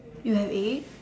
you have eight